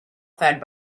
fed